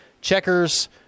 Checkers